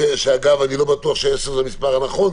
שאגב, אני לא בטוח שעשר זה המספר הנכון.